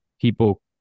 people